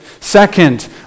Second